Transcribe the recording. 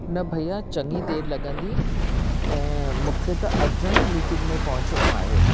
न भैया चङी देरि लॻंदी ऐं मूंखे त अर्जेंट मीटिंग में पहुचणो आहे